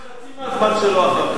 אני רוצה רק חצי הזמן שלו אחר כך,